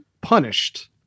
punished